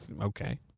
Okay